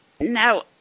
Now